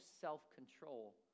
self-control